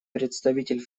представитель